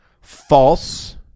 false